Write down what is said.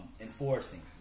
enforcing